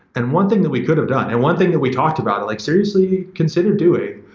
and one thing that we could have done and one thing that we talked about, like seriously considered doing,